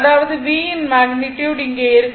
அதாவது V யின் magnitude இங்கே இருக்கும்